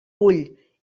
vull